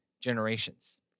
generations